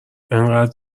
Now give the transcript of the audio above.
انقد